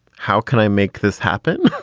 how can i make this happen?